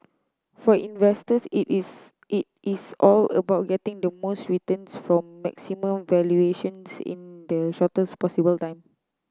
for investors it is it is all about getting the most returns from maximum valuations in the shortest possible time